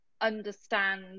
understand